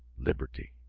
liberty!